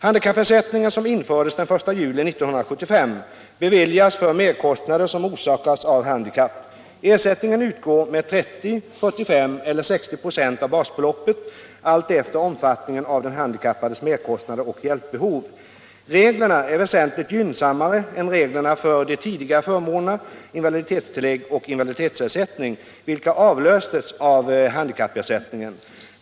Handikappersättningen, som infördes den 1 juli 1975, beviljas för merkostnader som orsakas av handikapp. Ersättningen utgår med 30, 45 eller 60 96 av basbeloppet, alltefter omfattningen av den handikappades merkostnader och hjälpbehov. Reglerna är väsentligt gynnsammare än reglerna för de tidigare förmånerna invaliditetstillägg och invaliditetsersättning, vilka avlöstes av handikappersättningen.